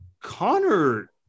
Connor